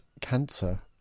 cancer